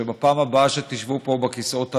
שבפעם הבאה שתשבו פה בכיסאות הללו,